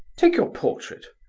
take your portrait.